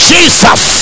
Jesus